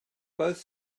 both